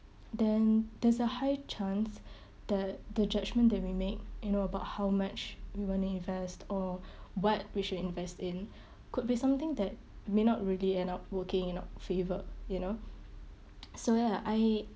then there's a high chance that the judgment that we make you know about how much you want to invest or what we should invest in could be something that may not really end up working in our favour you know so ya I